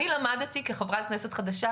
אני למדתי כחברת כנסת חדשה,